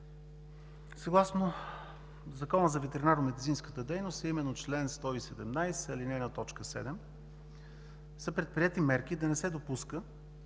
съгласно Закона за ветеринарномедицинската дейност, а именно чл. 117, ал. 1, т. 7 са предприети мерки да не се допускат